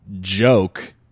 joke